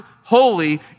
holy